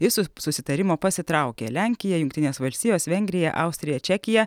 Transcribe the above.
iš susitarimo pasitraukė lenkija jungtinės valstijos vengrija austrija čekija